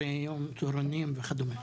צהרונים וכדומה.